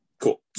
Cool